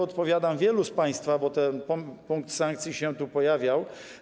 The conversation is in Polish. Odpowiadam wielu z państwa, bo ten punkt dotyczący sankcji się tu pojawiał.